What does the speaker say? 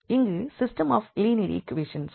இங்கு system of linear equations